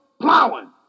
plowing